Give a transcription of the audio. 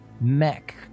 mech